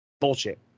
Bullshit